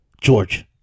George